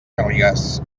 garrigàs